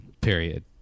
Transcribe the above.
Period